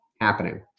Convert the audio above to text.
happening